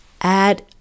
add